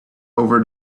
over